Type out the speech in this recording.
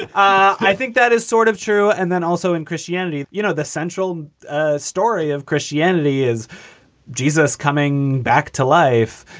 i think that is sort of true. and then also in christianity, you know, the central ah story of christianity is jesus coming back to life.